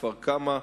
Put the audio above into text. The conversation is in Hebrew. כפר-קמא,